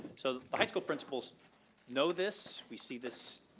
so the high school principals know this. we see this,